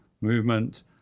movement